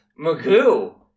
Magoo